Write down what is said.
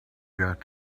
got